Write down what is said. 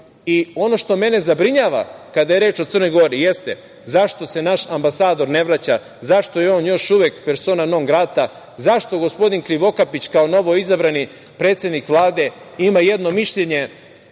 što mene zabrinjava kada je reč o Crnoj Gori jeste – zašto se naš ambasador ne vraća? Zašto je on još uvek „persona non grata“? Zašto gospodin Krivokapić kao novoizabrani predsednik Vlade ima jedno mišljenje